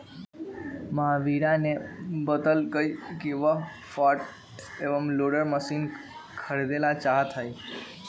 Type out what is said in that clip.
महावीरा ने बतल कई कि वह फ्रंट एंड लोडर मशीन खरीदेला चाहा हई